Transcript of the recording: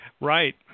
Right